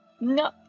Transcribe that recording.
No